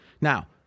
Now